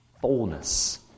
Fullness